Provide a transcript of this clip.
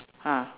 ah